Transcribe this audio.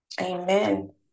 amen